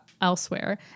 elsewhere